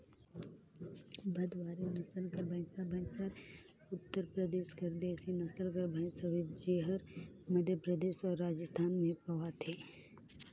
भदवारी नसल कर भंइसा भंइस हर उत्तर परदेस कर देसी नसल कर भंइस हवे जेहर मध्यपरदेस अउ राजिस्थान में पवाथे